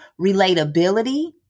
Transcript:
relatability